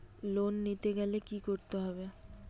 Loan নিতে গেলে কি করতে হবে?